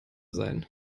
sein